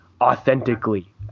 authentically